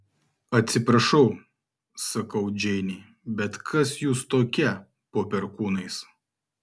atsiprašau sakau džeinei bet kas jūs tokia po perkūnais